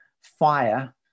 fire